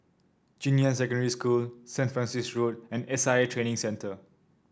Junyuan Secondary School Saint Francis Road and S I A Training Centre